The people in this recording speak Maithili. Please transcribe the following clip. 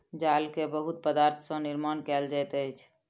जाल के बहुत पदार्थ सॅ निर्माण कयल जाइत अछि